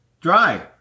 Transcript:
dry